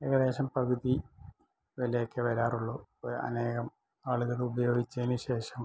ഏകദേശം പകുതി വിലയൊക്കെയേ വരാറുള്ളൂ അനേകം ആളുകള് ഉപയോഗിച്ചതിന് ശേഷം